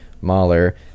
Mahler